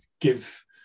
give